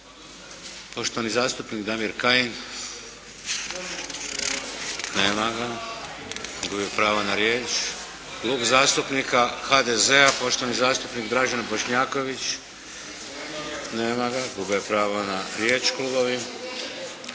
poštovani zastupnik Damir Kajin. Nema ga. Gubi pravo na riječ. Klub zastupnika HDZ-a poštovani zastupnik Dražen Bošnjaković. Nema ga. Gube pravo na riječ klubovi.